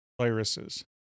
viruses